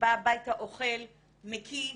בא הביתה, אוכל, מקיא.